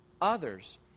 others